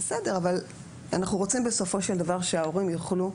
אנחנו רוצים שבסופו של דבר, ההורים יוכלו